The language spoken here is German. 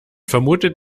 vermutet